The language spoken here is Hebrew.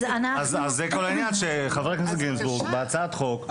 אז זה כל העניין שחבר הכנסת גינזבורג בהצעת חוק רוצה,